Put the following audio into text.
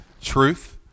truth